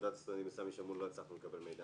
מאגודת הסטודנטים בסמי שמעון לא הצלחנו לקבל מידע.